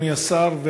אדוני השר,